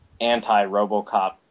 anti-RoboCop